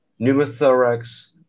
pneumothorax